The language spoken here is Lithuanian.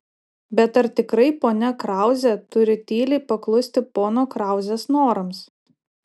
bet ar tikrai ponia krauzė turi tyliai paklusti pono krauzės norams